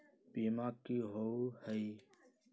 बीमा की होअ हई?